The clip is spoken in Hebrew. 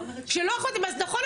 אז נכון,